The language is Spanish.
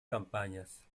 campañas